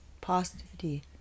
Positivity